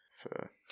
for-